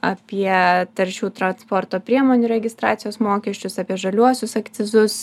apie taršių transporto priemonių registracijos mokesčius apie žaliuosius akcizus